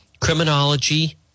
criminology